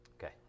Okay